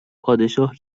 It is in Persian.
پادشاه